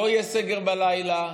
לא יהיה סגר בלילה?